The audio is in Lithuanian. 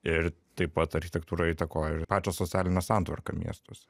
ir taip pat architektūra įtakoja ir pačią socialinę santvarką miestuose